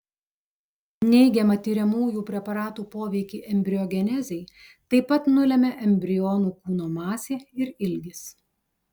neigiamą tiriamųjų preparatų poveikį embriogenezei taip pat nulemia embrionų kūno masė ir ilgis